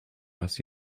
raz